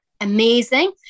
amazing